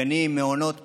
בגנים, במעונות פרטיים,